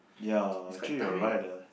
ya actually you're right ah